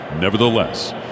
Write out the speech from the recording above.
Nevertheless